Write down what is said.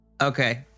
Okay